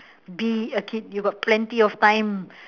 be a kid you got plenty of time